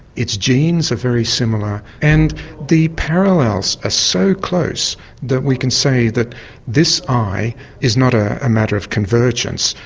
its genes are very similar. and the parallels are ah so close that we can say that this eye is not a matter of convergence,